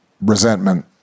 resentment